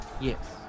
Yes